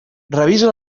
revisa